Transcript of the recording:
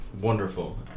wonderful